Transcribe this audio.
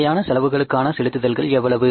நிலையான செலவுகளுக்கான செலுத்துதல்கள் எவ்வளவு